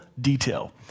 detail